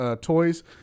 Toys